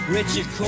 Richard